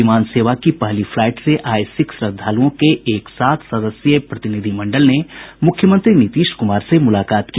विमान सेवा की पहली फ्लाईट से आये सिख श्रद्धालुओं के एक सात सदस्यीय प्रतिनिधि मंडल ने मुख्यमंत्री नीतीश कुमार से मुलाकात की